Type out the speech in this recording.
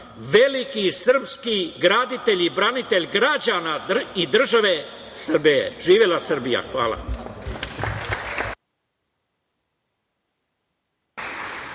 veliki srpski graditelj i branitelj građana i države Srbije. Živela Srbija! Hvala.